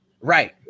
Right